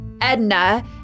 Edna